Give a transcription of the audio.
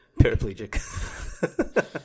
Paraplegic